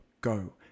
go